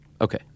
Okay